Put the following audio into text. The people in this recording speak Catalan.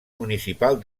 municipal